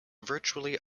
virtually